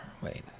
Wait